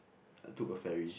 I took a ferry